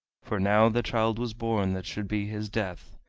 for now the child was born that should be his death.